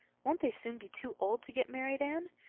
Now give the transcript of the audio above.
won't they soon be too old to get married, anne?